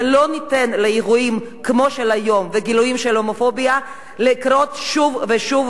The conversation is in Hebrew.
ולא ניתן לאירועים כמו של היום ולגילויים של הומופוביה לקרות שוב ושוב,